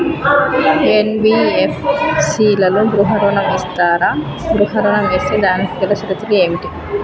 NBFC లలో గృహ ఋణం ఇస్తరా? గృహ ఋణం ఇస్తే దానికి గల షరతులు ఏమిటి?